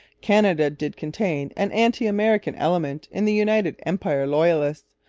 canada did contain an anti-american element in the united empire loyalists,